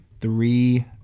Three